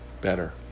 better